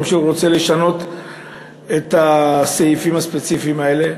שהוא רוצה לשנות את הסעיפים הספציפיים האלה.